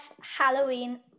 Halloween